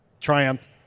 Triumph